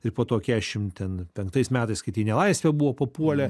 ir po to keliasdešimt ten penktais metais kai tie į nelaisvę buvo papuolę